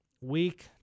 week